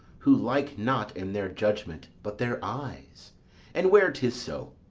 who like not in their judgment, but their eyes and where tis so,